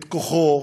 את כוחו,